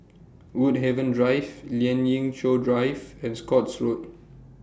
Woodhaven Drive Lien Ying Chow Drive and Scotts Road